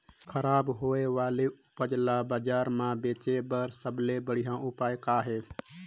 खराब होए वाले उपज ल बाजार म बेचे बर सबले बढ़िया उपाय का हे?